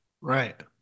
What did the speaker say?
Right